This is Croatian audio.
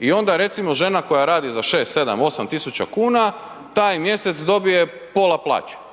I onda recimo žena koja radi za 6, 7, 8.000 kuna taj mjesec dobije pola plaće